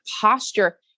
posture